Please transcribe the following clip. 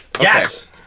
yes